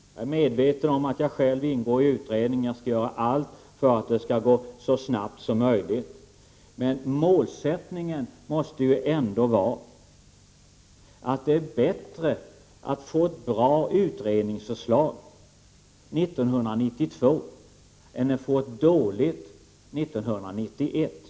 Jag är medveten om att jag själv ingår i utredningen, och jag skall göra allt för att den skall gå så snabbt som möjligt. Men målsättningen måste ändå vara att det är bättre att få ett bra utredningsförslag år 1992 än att få ett dåligt år 1991.